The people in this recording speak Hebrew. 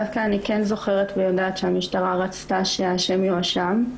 דווקא אני כן זוכרת ויודעת שהמשטרה רצתה שהאשם יואשם,